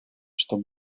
что